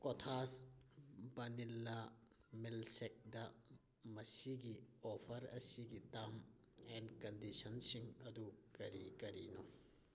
ꯀꯣꯊꯥꯁ ꯕꯟꯅꯤꯜꯂꯥ milk sector ꯃꯁꯤꯒꯤ offer ꯑꯁꯤꯒꯤ ꯇꯥꯔꯝ ꯑꯦꯟ ꯀꯟꯗꯤꯁꯟꯁꯤꯡ ꯑꯗꯨ ꯀꯔꯤ ꯀꯔꯤꯅꯣ